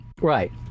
Right